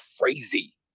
crazy